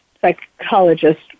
psychologist